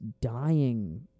dying